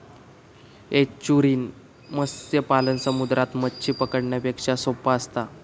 estuarine मत्स्य पालन समुद्रात मच्छी पकडण्यापेक्षा सोप्पा असता